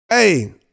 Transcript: Hey